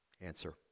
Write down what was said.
Answer